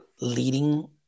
leading